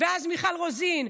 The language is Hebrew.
ואז מיכל רוזין,